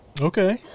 Okay